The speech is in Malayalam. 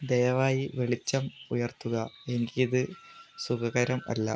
ദയവായി വെളിച്ചം ഉയർത്തുക എനിക്ക് ഇത് സുഖകരം അല്ല